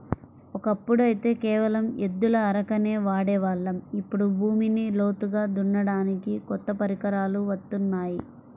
ఒకప్పుడైతే కేవలం ఎద్దుల అరకనే వాడే వాళ్ళం, ఇప్పుడు భూమిని లోతుగా దున్నడానికి కొత్త పరికరాలు వత్తున్నాయి